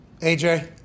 AJ